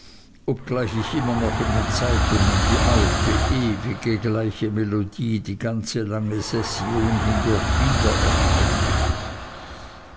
obgleich ich immer noch in den zeitungen die alte ewig gleiche melodie die ganze lange session hindurch